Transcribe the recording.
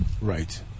Right